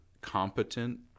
competent